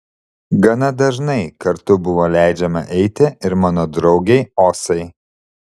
gana dažnai kartu buvo leidžiama eiti ir mano draugei osai